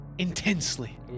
Intensely